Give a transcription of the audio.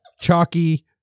chalky